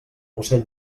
ocell